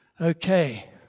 Okay